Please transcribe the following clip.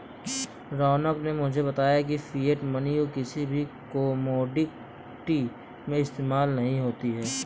रौनक ने मुझे बताया की फिएट मनी को किसी भी कोमोडिटी में इस्तेमाल नहीं होता है